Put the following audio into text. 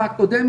טעות.